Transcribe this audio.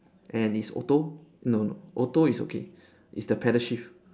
and it's auto no no auto it's okay it's the pedal shift